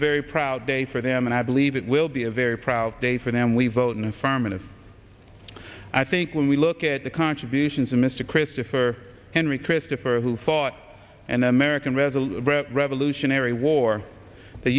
very proud day for them and i believe it will be a very proud day for them we vote in affirmative i think when we look at the contributions of mr christopher henry christopher who fought an american resolute revolutionary war th